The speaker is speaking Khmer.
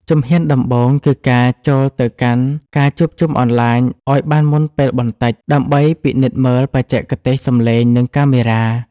ជំហានដំបូងគឺការចូលទៅកាន់ការជួបជុំអនឡាញឱ្យបានមុនពេលបន្តិច ដើម្បីពិនិត្យមើលបច្ចេកទេសសម្លេង និងកាមេរ៉ា។